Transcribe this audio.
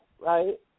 right